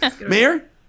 Mayor